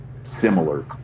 similar